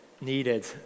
needed